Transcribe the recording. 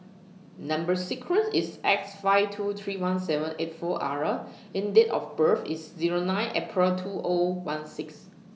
Number sequence IS S five two three one seven eight four R and Date of birth IS Zero nine April two O one six